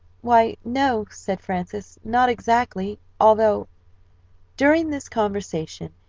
why, no, said frances, not exactly, although during this conversation,